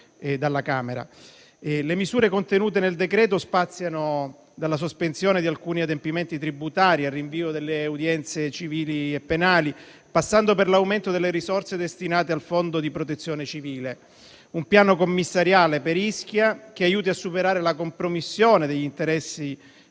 dei deputati. Le misure contenute nel decreto-legge spaziano dalla sospensione di alcuni adempimenti tributari al rinvio delle udienze civili e penali, passando per l'aumento delle risorse destinate al fondo di Protezione civile; un piano commissariale per Ischia che aiuti a superare la compromissione degli interessi